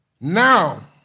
Now